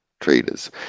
Traders